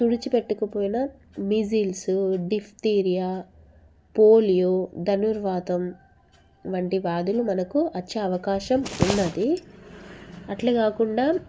తుడిచిపెట్టకపోయిన measles diphtheria polio ధనుర్వాతం వంటి బాధలు మనకు వచ్చే అవకాశం ఉన్నది అట్ల కాకుండా